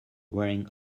wearing